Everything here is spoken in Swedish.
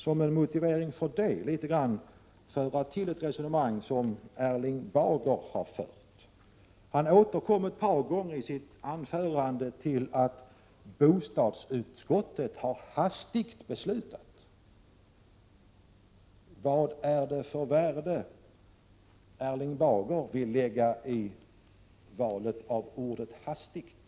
Som en motivering för det vill jag något kommentera ett resonemang som Erling Bager har fört. Han återkom ett par gånger i sitt anförande till att ”bostadsutskottet har hastigt beslutat”. Vad är det Erling Bager vill åstadkomma när han har valt ordet ”hastigt”?